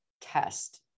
test